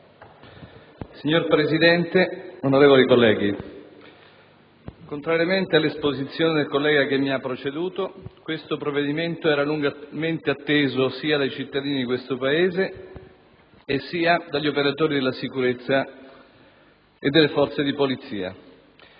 Signora Presidente, onorevoli colleghi, contrariamente all'esposizione del collega che mi ha preceduto, intendo sottolineare che il provvedimento in esame era lungamente atteso sia dai cittadini di questo Paese, sia dagli operatori della sicurezza e delle Forze di polizia.